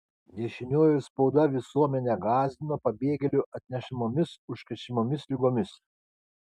dešinioji spauda visuomenę gąsdino pabėgėlių atnešamomis užkrečiamomis ligomis